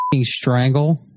strangle